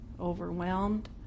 overwhelmed